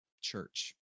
church